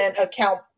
account